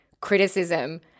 criticism